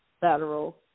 federal